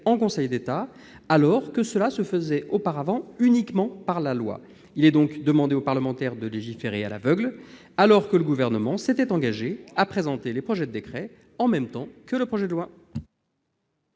en Conseil d'État, alors que cela se faisait auparavant uniquement par la loi. Il est donc demandé aux parlementaires de légiférer à l'aveugle, alors que le Gouvernement s'était engagé à présenter les projets de décret en même temps que le projet de loi.